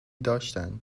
داشتن